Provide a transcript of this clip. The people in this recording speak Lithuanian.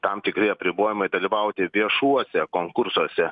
tam tikri apribojimai dalyvauti viešuose konkursuose